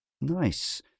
Nice